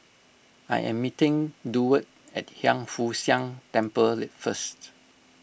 I am meeting Durward at Hiang Foo Siang Temple first